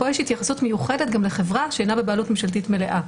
פה יש התייחסות מיוחדת גם לחברה שאינה בבעלות ממשלתית מלאה.